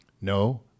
No